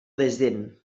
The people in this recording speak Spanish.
desdén